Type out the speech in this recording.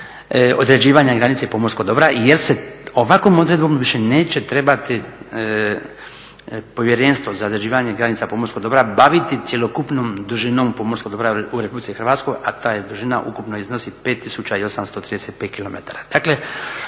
određivanja granice pomorskog dobra jer se ovakvom odredbom više neće trebati Povjerenstvo za određivanje granica pomorskog dobra baviti cjelokupnom dužinom pomorskog dobra u RH, a ta dužina ukupno iznosi 5835 kilometara. Dakle,